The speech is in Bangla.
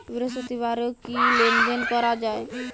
বৃহস্পতিবারেও কি লেনদেন করা যায়?